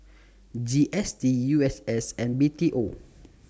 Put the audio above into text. G S T U S S and B T O